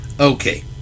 Okay